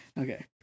Okay